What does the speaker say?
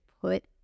put